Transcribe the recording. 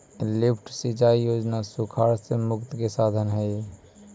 lift सिंचाई योजना सुखाड़ से मुक्ति के साधन हई